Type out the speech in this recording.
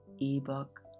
ebook